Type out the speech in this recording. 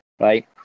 Right